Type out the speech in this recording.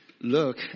Look